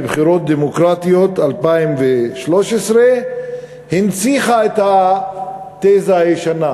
הבחירות הדמוקרטיות 2013 הנציחו את התזה הישנה,